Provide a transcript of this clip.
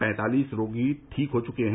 पैंतालीस रोगी ठीक हो चुके हैं